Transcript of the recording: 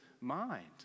mind